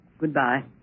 Goodbye